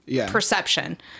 perception